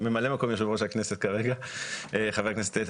ממלא מקום יושב ראש הכנסת כרגע חבר הכנסת איתן